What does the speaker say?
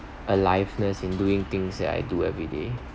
aliveness in doing things that I do everyday